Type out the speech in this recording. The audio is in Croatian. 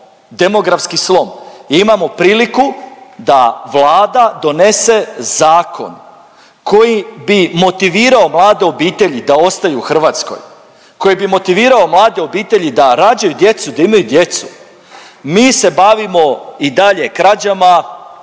demografski slom i imamo priliku da Vlada donese zakon koji bi motivirao mlade obitelji da ostaju u Hrvatskoj, koji bi motivirao mlade obitelji da rađaju djecu, da imaju djecu, mi se bavimo i dalje krađama,